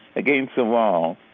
against the wall.